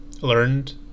learned